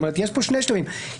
יש כאן שלושה שלבים.